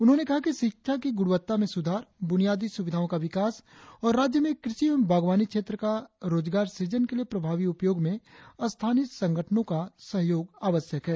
उन्होंने कहा कि शिक्षा की गुणवत्ता में सुधार बुनियादी सुविधाओं का विकास और राज्य में कृषि एवं बागवानी क्षेत्र का रोजगार सृजन के लिए प्रभावी उपयोग में स्थानीय संगठनों का सहयोग आवश्यक है